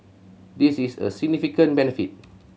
this is a significant benefit